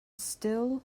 still